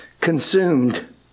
consumed